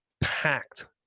packed